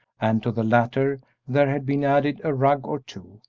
and to the latter there had been added a rug or two,